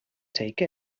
take